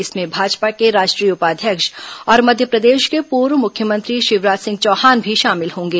इसमें भाजपा के राष्ट्रीय उपाध्यक्ष और मध्यप्रदेश के पूर्व मुख्यमंत्री शिवराज सिंह चौहान भी शामिल होंगे